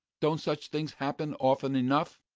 don't such things happen often enough?